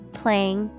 playing